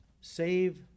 save